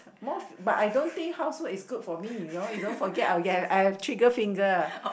most but I don't think housework is good for me you know you don't forget I'll get I have trigger finger